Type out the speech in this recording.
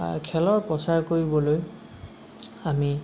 খেলৰ প্ৰচাৰ কৰিবলৈ আমি